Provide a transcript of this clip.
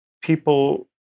people